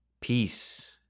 peace